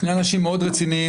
שני אנשים מאוד רציניים,